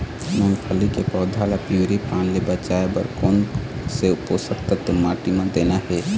मुंगफली के पौधा ला पिवरी पान ले बचाए बर कोन से पोषक तत्व माटी म देना हे?